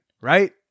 right